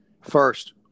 First